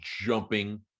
jumping